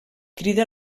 crida